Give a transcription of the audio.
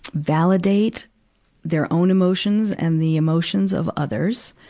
validate their own emotions and the emotions of others.